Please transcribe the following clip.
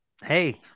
hey